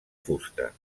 fusta